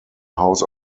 house